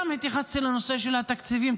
התייחסתי גם לנושא של התקציבים.